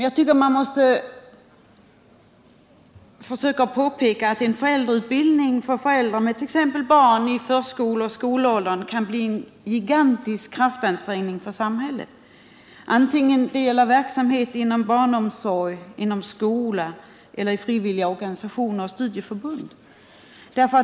Jag vill påpeka att en föräldrautbildning för föräldrar med t.ex. barn i förskoleoch skolåldern kan bli en gigantisk kraftansträngning för samhället — antingen det gäller verksamhet inom barnomsorg, inom skolan eller i frivilliga organisationer och studieförbund.